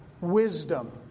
wisdom